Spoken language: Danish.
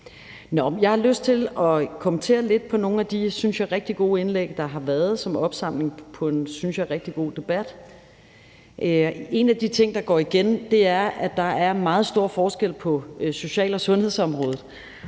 Jeg har lyst til at kommentere lidt på nogle af de, synes jeg, rigtig gode indlæg, der har været, som opsamling på en, synes jeg, rigtig god debat. En af de ting, der går igen, er, at der er meget stor forskel på social- og sundhedsområdet.